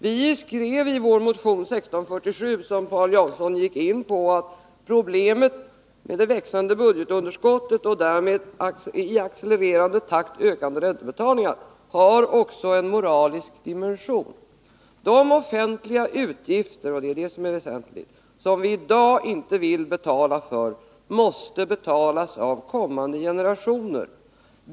Vi skrev i vår motion 1647, som Paul Jansson gick in på, att problemet med det växande budgetunderskottet och därmed de i accelererande takt ökande räntebetalningarna har också en moralisk dimension. De offentliga utgifter som vi i dag inte vill betala för måste betalas av kommande generationer.